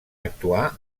actuar